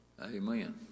amen